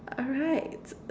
alright